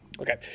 Okay